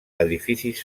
edificis